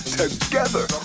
together